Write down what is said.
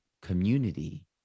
community